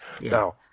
Now